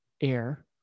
air